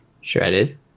Shredded